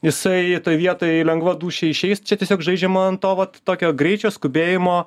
jisai toj vietoj lengvą dūšią išeis čia tiesiog žaidžiama ant to vat tokio greičio skubėjimo